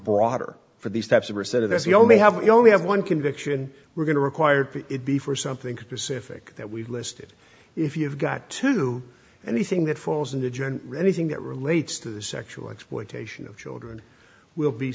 broader for these types of reset of this we only have we only have one conviction we're going to require it be for something specific that we've listed if you've got to anything that falls in the general anything that relates to the sexual exploitation of children will be